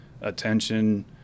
attention